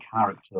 character